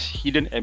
hidden